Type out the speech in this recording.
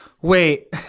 Wait